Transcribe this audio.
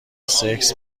سکس